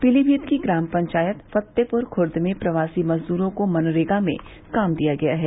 पीलीभीत की ग्राम पंचायत फत्तेपुर खुर्द में प्रवासी मजदूरों को मनरेगा में काम दिया गया है